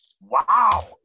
Wow